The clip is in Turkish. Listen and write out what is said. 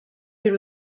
bir